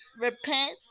repent